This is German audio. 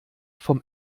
vom